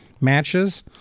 matches